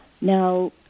now